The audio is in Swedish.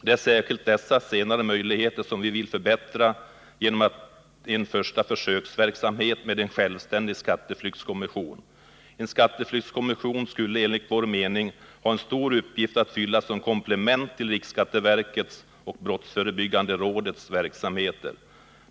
Det är särskilt dessa senare möjligheter som vi vill förbättra genom en första försöksverksamhet med en självständig skatteflyktskommission. En skatteflyktskommission skulle, enligt vår mening, ha en stor uppgift att fylla som komplement till riksskatteverkets och brottsförebyggande rådets verksamheter.